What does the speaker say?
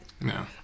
No